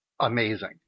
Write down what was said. amazing